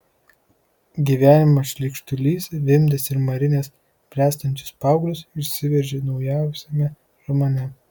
gyvenimo šleikštulys vimdęs ir marinęs bręstančius paauglius išsiveržė naujausiame romane